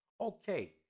okay